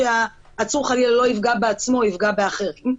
שהעצור חלילה לא יפגע בעצמו או יפגע באחרים.